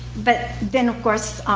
but then of course,